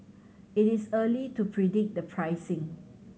it is early to predict the pricing